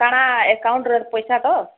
କାଣା ଏକାଉଣ୍ଟରେ ପଇସା ତ